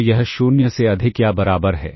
तो यह 0 से अधिक या बराबर है